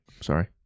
Sorry